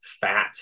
FAT